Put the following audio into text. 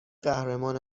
قهرمان